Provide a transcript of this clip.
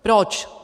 Proč?